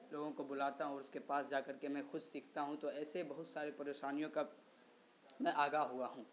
لوگوں کو بلاتا ہوں اور اس کے پاس جا کر کے میں خود سیکھتا ہوں تو ایسے بہت سارے پریشانیوں کا میں آگاہ ہوا ہوں